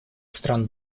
стран